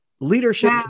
leadership